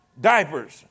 Diapers